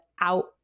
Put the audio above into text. out